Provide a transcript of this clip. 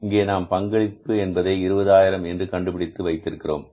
இங்கே நாம் பங்களிப்பு என்பதே 20000 என்று கண்டுபிடித்து வைத்திருக்கிறோம்